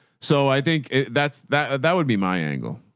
so i think that's, that that would be my angle.